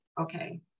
okay